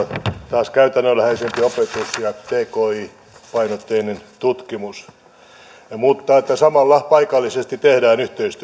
taas käytännönläheisempi opetus ja tki painotteinen tutkimus mutta samalla paikallisesti tehdään